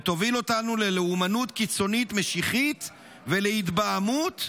ותוביל אותנו ללאומנות קיצונית משיחית ולהתבהמות,